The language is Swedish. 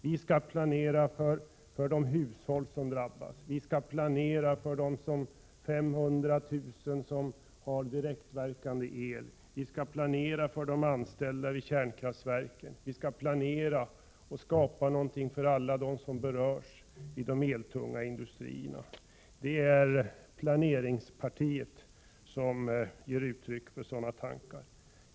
Vi skall planera för de hushåll som drabbas och för de 500 000 som har direktverkande el. Vidare skall vi planera för de anställda vid kärnkraftverken och planera och skapa någonting för alla dem som berörs i de eltunga industrierna. Det är planeringspartiet som ger uttryck för sådana tankar.